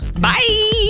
Bye